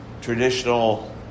traditional